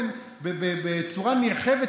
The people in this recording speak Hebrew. בצורה נרחבת,